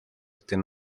usted